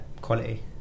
Quality